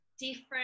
different